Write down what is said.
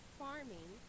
farming